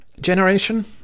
Generation